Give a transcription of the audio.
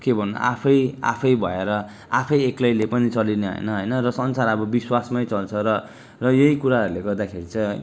के भन्नु आफै आफै भएर आफै एक्लैले पनि चलिने होइन होइन र संसार अब विश्वासमै चल्छ र र यही कुराहरूले गर्दाखेरि चाहिँ है